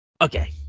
Okay